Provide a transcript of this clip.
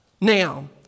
now